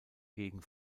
gegen